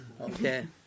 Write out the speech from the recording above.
Okay